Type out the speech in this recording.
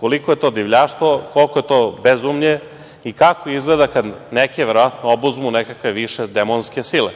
koliko je to divljaštvo, koliko je to bezumlje i kako izgleda kad neke obuzmu neke više demonske sile.